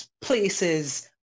places